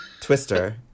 Twister